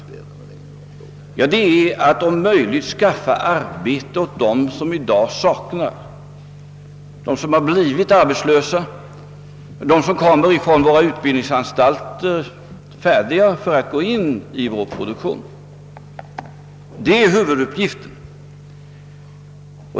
Arbetsmarknadspolitikens uppgift är att om möjligt skaffa arbete åt dem som i dag saknar arbete — de som har blivit arbetslösa och de som kommer från våra utbildningsanstalter, färdiga att gå in i produktionen. Det är huvuduppgiften.